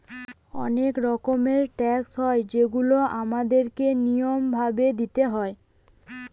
অনেক রকমের ট্যাক্স হয় যেগুলা আমাদের কে নিয়ম ভাবে দিইতে হয়